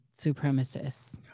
supremacists